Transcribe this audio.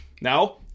Now